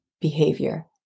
behavior